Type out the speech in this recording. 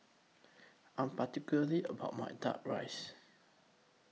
I Am particularly about My Duck Rice